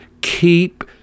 Keep